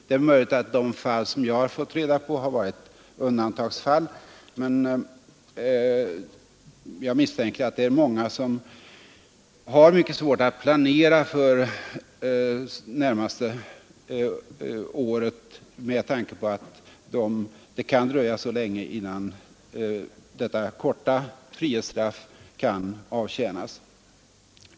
Det är möjligt att de fall som jag fått reda på har varit undantagsfall, men jag misstänker att det är många som har synnerligen svårt att planera för det närmaste året med tanke på att det kan dröja så länge innan detta korta frihetsstraff kan avtjänas.